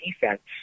defense